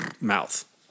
mouth